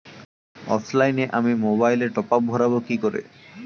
অফলাইনে আমি মোবাইলে টপআপ ভরাবো কি করে?